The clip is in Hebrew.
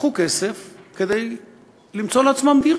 ייקחו כסף כדי למצוא לעצמם דירה?